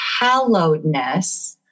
hallowedness